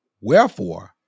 Wherefore